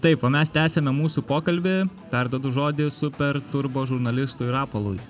taip o mes tęsiame mūsų pokalbį perduodu žodį super turbo žurnalistui rapolui